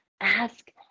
ask